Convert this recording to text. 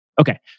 Okay